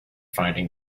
finding